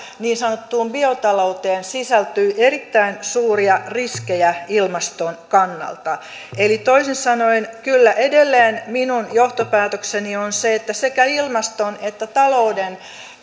niin sanottuun biotalouteen sisältyy erittäin suuria riskejä ilmaston kannalta toisin sanoen kyllä edelleen minun johtopäätökseni on se että sekä ilmaston että talouden